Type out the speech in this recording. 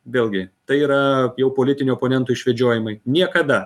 vėlgi tai yra jau politinių oponentų išvedžiojimai niekada